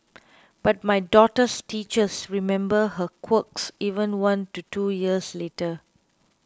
but my daughter's teachers remember her quirks even one to two years later